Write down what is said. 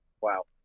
wow